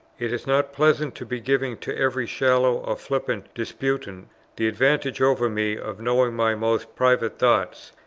it is not pleasant to be giving to every shallow or flippant disputant the advantage over me of knowing my most private thoughts,